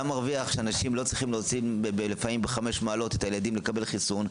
גם מרוויח שאנשים לא צריכים לפעמים את הילדים בחמש מעלות לקבל חיסון.